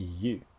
EU